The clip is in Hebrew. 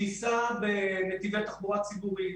שייסע בנתיבי תחבורה ציבורית.